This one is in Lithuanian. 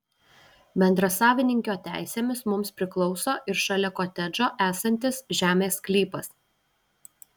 bendrasavininkio teisėmis mums priklauso ir šalia kotedžo esantis žemės sklypas